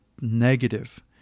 negative